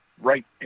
right